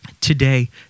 today